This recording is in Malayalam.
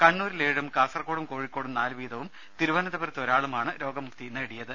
കണ്ണൂരിൽ ഏഴും കാസർകോടും കോഴിക്കോടും നാലു വീതവും തിരുവനന്തപുരത്ത് ഒരാളും ആണ് രോഗമുക്തി നേടിയത്